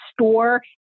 store